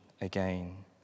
again